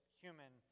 human